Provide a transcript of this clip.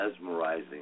mesmerizing